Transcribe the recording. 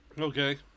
Okay